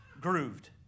grooved